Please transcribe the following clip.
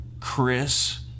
Chris